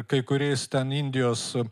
kai kuriais ten indijos